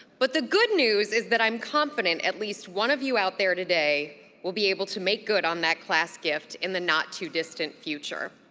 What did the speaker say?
but the good news is that i'm confident at least one of you out there today will be able to make good on that class gift in the not too distant future.